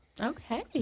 Okay